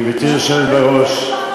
גברתי היושבת בראש,